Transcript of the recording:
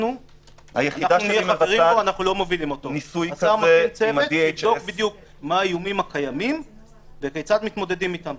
השר מפעיל צוות שיבדוק מה האיומים הקיימים וכיצד מתמודדים אתם.